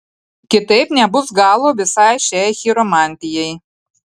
kitaip nebus galo visai šiai chiromantijai